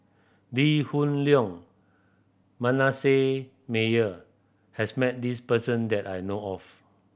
Lee Hoon Leong Manasseh Meyer has met this person that I know of